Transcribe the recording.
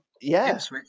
Yes